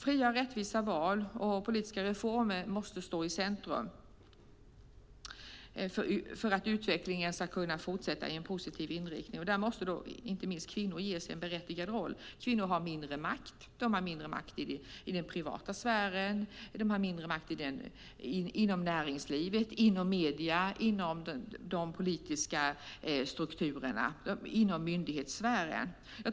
Fria och rättvisa val och politiska reformer måste stå i centrum för att utvecklingen ska kunna fortsätta i positiv riktning. Kvinnor måste ges en berättigad roll. Kvinnor har mindre makt i den privata sfären. De har mindre makt inom näringslivet, medierna, de politiska strukturerna och inom myndighetssfären.